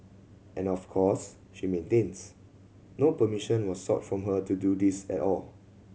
and of course she maintains no permission was sought from her to do this at all